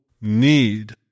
need